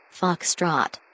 Foxtrot